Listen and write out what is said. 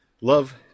Love